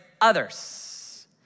others